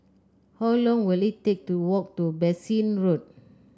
how long will it take to walk to Bassein Road